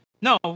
No